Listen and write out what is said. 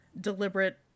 Deliberate